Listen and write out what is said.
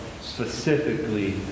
specifically